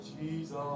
Jesus